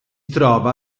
trova